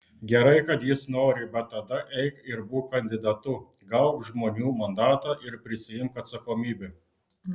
gerai kad jis nori bet tada eik ir būk kandidatu gauk žmonių mandatą ir prisiimk atsakomybę